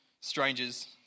strangers